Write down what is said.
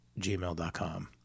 gmail.com